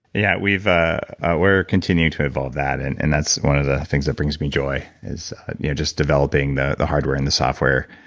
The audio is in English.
yeah, ah we're continuing to evolve that, and and that's one of the things that brings me joy is you know just developing the the hardware and the software